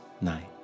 night